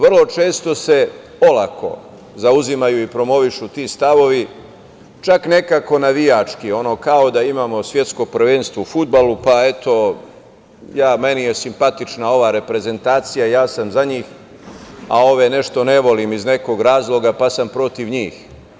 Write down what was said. Vrlo često se olako zauzimaju i promovišu ti stavovi, čak nekako navijački, kao da imamo svetsko prvenstvo u fudbalu pa eto, meni je simpatična ova reprezentacija, ja sam za njih, a ove nešto ne volim iz nekog razloga pa sam protiv njih.